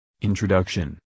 Introduction